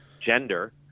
gender